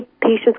patients